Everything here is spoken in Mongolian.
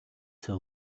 цай